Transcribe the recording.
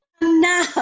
Now